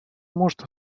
может